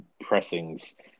pressings